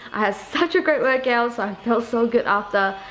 i had such a great workout, i feel so good after,